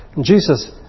Jesus